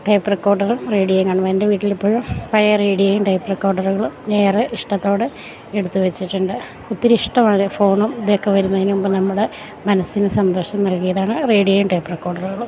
tape റെക്കോഡറും റേഡിയയും കാണുമ്പം എൻ്റെ വീട്ടിൽ ഇപ്പോഴും പഴയ റേഡിയയും ടേപ്പ് റെക്കോഡറുകളും നേറെ ഇഷ്ടത്തോടെ എടുത്ത് വെച്ചിട്ടുണ്ട് ഒത്തിരി ഇഷ്ടവാണ് ഫോണും ഇതെക്കെ വരുന്നതിന് മുമ്പ് നമ്മുടെ മനസ്സിന് സന്തോഷം നൽകിയതാണ് റേഡിയയും ടേപ്പ് റെക്കോഡറുകളും